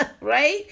Right